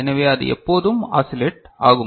எனவே அது எப்போதும் ஆசிலெட் ஆகும்